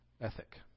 ethic